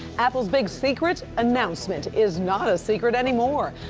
apple's big secret announcement is not a secret anymore.